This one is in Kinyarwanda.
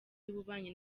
y’ububanyi